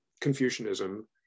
Confucianism